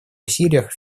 усилиях